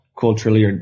culturally